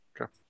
Okay